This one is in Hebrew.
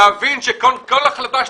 להבין שכל החלטה שתהיה,